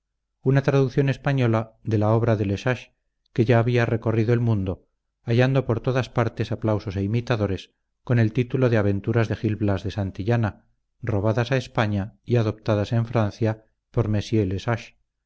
una traducción española de la obra de le sage que ya había recorrido el mundo hallando por todas partes aplausos e imitadores con el título de aventuras de gil blas de santillana robadas a españa y adoptadas en francia por mr